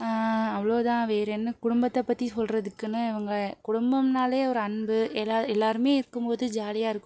அவ்வளோதான் வேறே என்ன குடும்பத்தை பற்றி சொல்றதுக்குன்னு இவங்கள குடும்பம்னால் ஒரு அன்பு எல்லாரும் எல்லாருமே இருக்கும்போது ஜாலியாக இருக்கும்